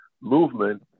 movement